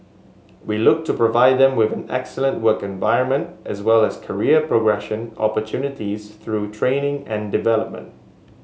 we look to provide them with an excellent work environment as well as career progression opportunities through training and development